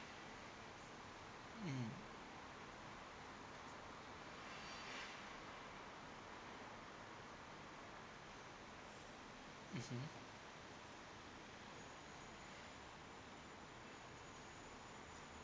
mm mmhmm